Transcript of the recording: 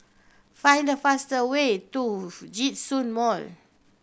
find the fastest way to Djitsun Mall